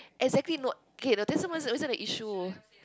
exactly no okay this wasn't this wasn't the issue